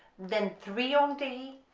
then three on d,